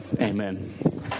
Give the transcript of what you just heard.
Amen